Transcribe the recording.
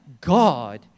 God